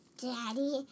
Daddy